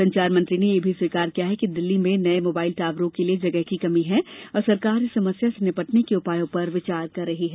संचार मंत्री ने यह स्वीकार किया कि दिल्ली में नये मोबाइल टावरों के लिए जगह की कमी है और सरकार इस समस्या से निपटने के उपायों पर विचार कर रही है